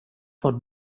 for